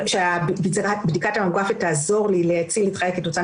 שהסיכוי שבדיקת הממוגרפיה תעזור לי כתוצאה